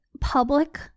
public